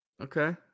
Okay